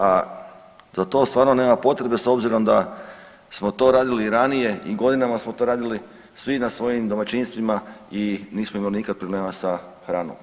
A za to stvarno nema potrebe s obzirom da smo to radili i ranije i godinama smo to radili svi na svojim domaćinstvima i nismo imali nikad problema sa hranom.